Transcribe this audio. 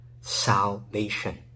salvation